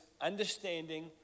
understanding